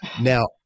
now